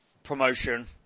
promotion